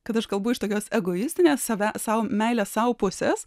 kad aš kalbu iš tokios egoistinės save sau meilės sau pusės